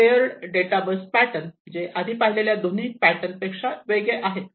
layered data bus pattern जे आधी पाहिलेल्या दोन्ही पॅटर्न पेक्षा वेगळे आहे